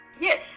Yes